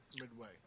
midway